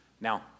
Now